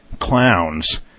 Clowns